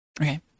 Okay